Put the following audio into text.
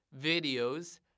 videos